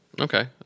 Okay